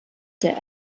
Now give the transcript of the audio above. der